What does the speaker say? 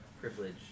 privilege